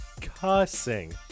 cussing